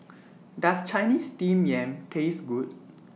Does Chinese Steamed Yam Taste Good